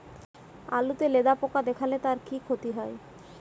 আলুতে লেদা পোকা দেখালে তার কি ক্ষতি হয়?